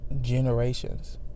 generations